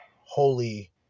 holy